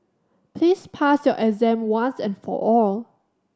please pass your exam once and for all